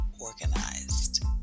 Organized